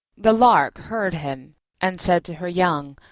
the lark heard him and said to her young,